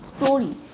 story